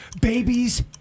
Babies